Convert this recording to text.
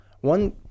one